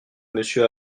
monsieur